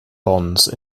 bonds